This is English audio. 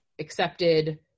accepted